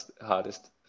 hardest